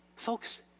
Folks